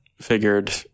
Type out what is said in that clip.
figured